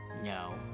No